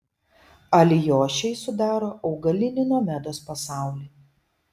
alijošiai sudaro augalinį nomedos pasaulį